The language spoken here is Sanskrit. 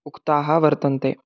उक्ताः वर्तन्ते